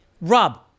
Rob